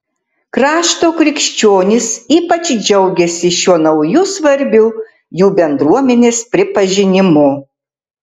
krašto krikščionys ypač džiaugiasi šiuo nauju svarbiu jų bendruomenės pripažinimu